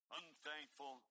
unthankful